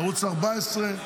ערוץ 14,